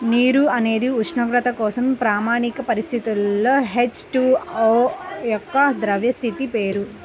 నీరు అనేది ఉష్ణోగ్రత కోసం ప్రామాణిక పరిస్థితులలో హెచ్.టు.ఓ యొక్క ద్రవ స్థితి పేరు